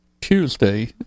Tuesday